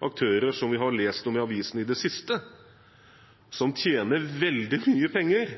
aktører som vi har lest om i avisene i det siste, som tjener veldig mye penger